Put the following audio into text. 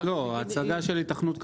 הצגה של היתכנות כלכלית,